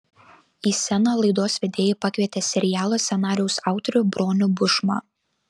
į sceną laidos vedėjai pakvietė serialo scenarijaus autorių bronių bušmą